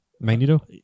Magneto